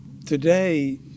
Today